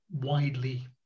widely